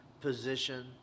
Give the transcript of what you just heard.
position